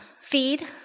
feed